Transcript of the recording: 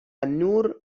نور